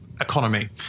economy